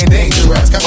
dangerous